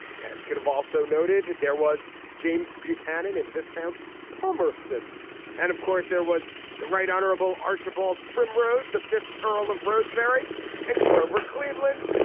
pence could have also noted there was james buchanan and discount palmerston and of course there was the right honorable archibald primrose the fifth earl of rosebery and grover cleveland.